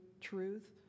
truth